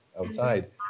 outside